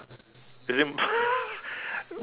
is it my